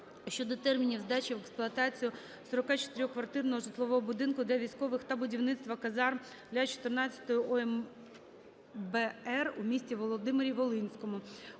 щодо термінів здачі в експлуатацію 44-квартирного житлового будинку для військових та будівництва казарм для 14-ої ОМБр у місті Володимирі-Волинському.